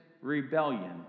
rebellion